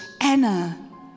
Anna